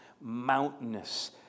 mountainous